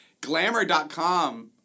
glamour.com